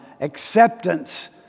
acceptance